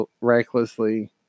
recklessly